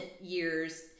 years